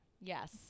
Yes